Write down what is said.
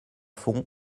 fond